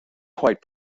quite